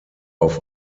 auf